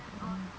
mm